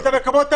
תפתח את הסגר.